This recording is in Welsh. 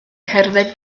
cerdded